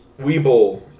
Weeble